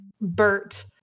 Bert